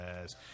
Yes